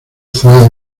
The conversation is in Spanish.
fue